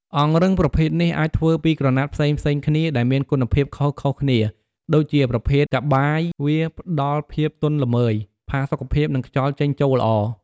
អង្រឹងប្រភេទនេះ អាចធ្វើពីក្រណាត់ផ្សេងៗគ្នា ដែលមានគុណភាពខុសៗគ្នា ដូចជា ប្រភេទកប្បាសវាផ្ដល់ភាពទន់ល្មើយ ផាសុកភាព និងខ្យល់ចេញចូលល្អ។